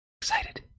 excited